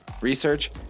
research